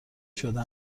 شده